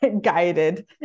guided